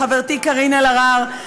לחברתי קארין אלהרר,